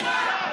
בושה.